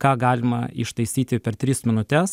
ką galima ištaisyti per tris minutes